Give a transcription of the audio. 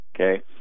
okay